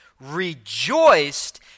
rejoiced